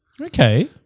Okay